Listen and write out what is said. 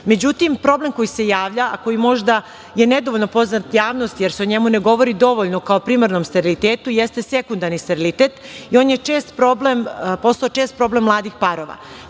problem koji se javlja, a koji je možda nedovoljno poznat javnosti, jer se o njemu ne govori dovoljno kao o primarnom sterilitetu, jeste sekundarni sterilitet. On je postao čest problem mladih parova.